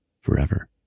forever